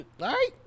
right